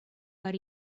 but